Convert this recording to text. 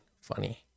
funny